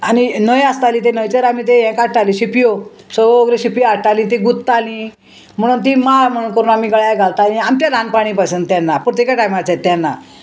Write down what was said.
आनी न्हंय आसताली ते न्हंयचेर आमी ते हें काडटाली शिपयो सोगल्यो शिपयो हाडटाली ती गुतथाली म्हणून ती माळ म्हण करून आमी गळ्या घालताली आमचे ल्हानपाणी पासून तेन्ना पुर्तिके टायमाचे तेन्ना